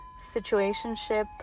situationship